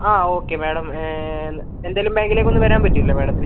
അ okay madam എന്തായാലും ബാങ്കിലേക്ക് ഒന്ന് വരാൻ പറ്റില്ലെ മാഡത്തിന്